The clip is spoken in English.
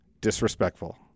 disrespectful